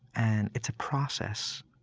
and it's a process.